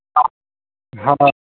हाँ